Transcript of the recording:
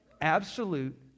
Absolute